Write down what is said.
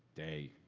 day,